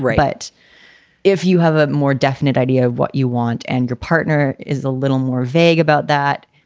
but if you have a more definite idea of what you want and your partner is a little more vague about that.